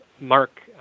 Mark